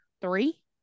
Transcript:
three